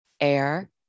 air